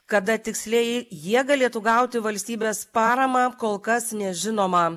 kada tiksliai jie galėtų gauti valstybės paramą kol kas nežinoma